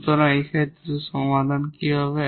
সুতরাং এই ক্ষেত্রে কি সমাধান হবে